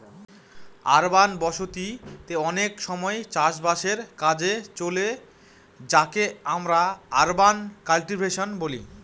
urban বসতি তে অনেক সময় চাষ বাসের কাজে চলে যাকে আমরা আরবান কাল্টিভেশন বলি